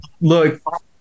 look